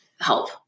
help